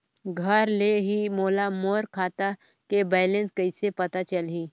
घर ले ही मोला मोर खाता के बैलेंस कइसे पता चलही?